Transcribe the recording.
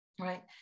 right